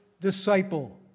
Disciple